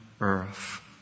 earth